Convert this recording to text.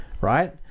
right